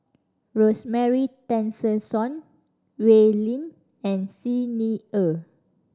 Rosemary Tessensohn Wee Lin and Xi Ni Er